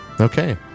Okay